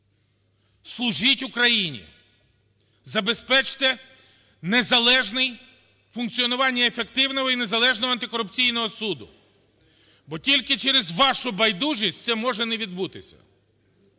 служіть Україні, забезпечте незалежний… функціонування ефективного і незалежного антикорупційного суду, бо тільки через вашу байдужість це може не відбутися.